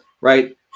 right